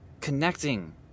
connecting